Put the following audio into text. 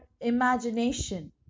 imagination